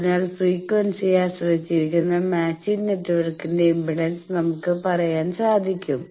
അതിനാൽ ഫ്രീക്വൻസിയെ ആശ്രയിച്ചിരിക്കുന്ന മാച്ചിങ് നെറ്റ്വർക്കിന്റെ ഇംപെഡൻസ് നമുക്ക് പറയാൻ സാധിക്കും